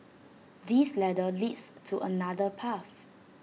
this ladder leads to another path